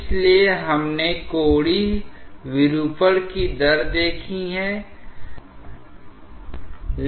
इसलिए हमने कोणीय विरूपण की दर देखी है